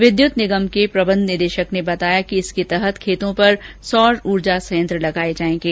विद्युत निगम के प्रबंध निदेशक ने बताया कि इसके तहत खेतों पर सौर ऊर्जा संयंत्र लगाए जाएंगे